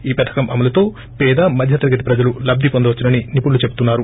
ఈ పథకం అమలుతో పేద మధ్య తరగతి ప్రజలు లబ్ని పొందవచ్చునని నిపుణులు చెపున్నారు